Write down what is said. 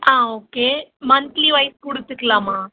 ah okay monthly wise கொடுத்துக்குலாமா